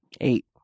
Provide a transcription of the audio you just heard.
Eight